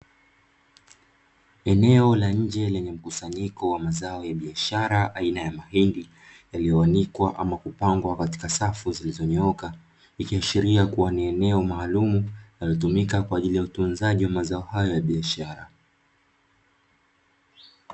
Eneo la nje lenye mkusanyiko wa mazao ya biashara aina ya mahindi yaliyoanikwa ama kupangwa katika safu zilizonyooka, ikiashiria kuwa ni eneo maalumu linalotumika kwa ajili ya utunzaji wa mazao hayo ya biashara.